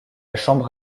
chambre